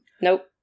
nope